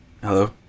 Hello